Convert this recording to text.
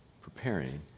Preparing